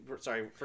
sorry